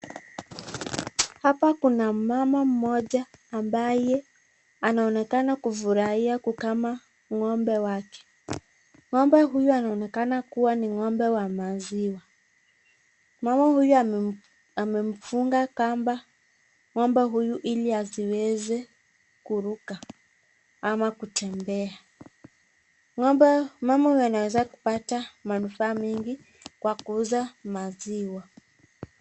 Hapa kuna mama mmoja ambaye anaonekana kufurahia kukama ngombe wake . Ngombe huyu anaonekana kuwa ni ngombe wa maziwa . Mama huyu amemfunga ngombe huyu kamba ili asiweze kuruka ama kutembea .Ngombe.... Mama huyu anaweza kupata manufaa mingi kwa kuuza maziwa.